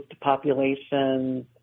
populations